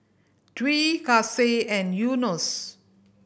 Dwi Kasih and Yunos